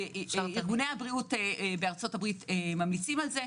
בארגוני הבריאות בארצות הברית מליצים על זה.